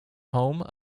home